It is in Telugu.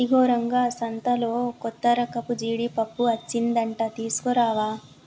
ఇగో రంగా సంతలో కొత్తరకపు జీడిపప్పు అచ్చిందంట తీసుకురావా